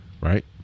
Right